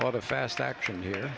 a lot of fast action here